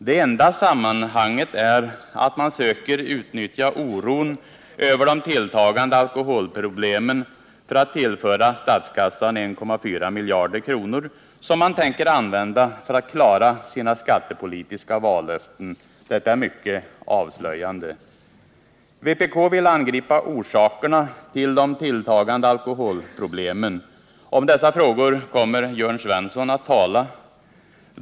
Det enda sammanhanget är att man söker utnyttja oron över de tilltagande alkoholproblemen för att tillföra statskassan 1,4 miljarder kronor, som man tänker använda för att klara sina skattepolitiska vallöften. Detta är mycket avslöjande. Vpk vill angripa orsakerna till de tilltagande alkoholproblemen. Om dessa frågor kommer Jörn Svensson att tala.